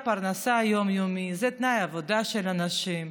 זו הפרנסה היומיומית, אלה תנאי עבודה של אנשים,